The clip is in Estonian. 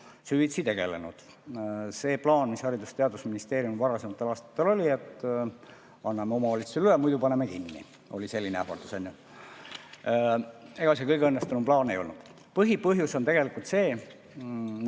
süvitsi tegelenud. See plaan, mis Haridus‑ ja Teadusministeeriumil varasematel aastatel oli, et anname omavalitsustele üle, muidu paneme kinni – oli selline ähvardus –, ega see kõige õnnestunum plaan ei olnud. Põhipõhjus on tegelikult see,